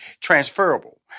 transferable